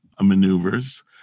maneuvers